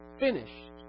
Finished